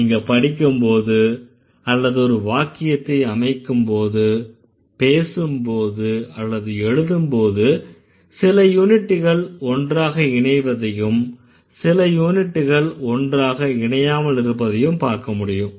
நீங்க படிக்கும்போது அல்லது ஒரு வாக்கியத்தை அமைக்கும்போது பேசும்போது அல்லது எழுதும்போது சில யூனிட்கள் ஒன்றாக இணைவதையும் சில யூனிட்கள் ஒன்றாக இணையாமல் இருப்பதையும் பார்க்க முடியும்